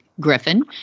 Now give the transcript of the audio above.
Griffin